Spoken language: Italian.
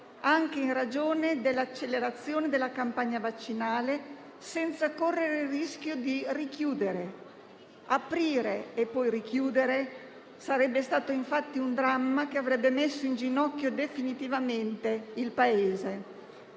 anche in ragione dell'accelerazione della campagna vaccinale, senza correre il rischio di richiudere. Aprire e poi richiudere sarebbe stato infatti un dramma, che avrebbe messo in ginocchio definitivamente il Paese.